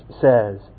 says